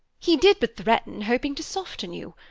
he did but threaten, hoping to soften you.